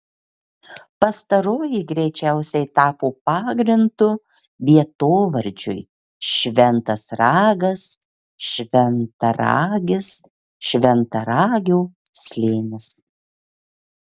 pastaroji greičiausiai tapo pagrindu vietovardžiui šventas ragas šventaragis šventaragio slėnis